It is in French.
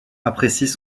apprécient